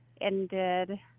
ended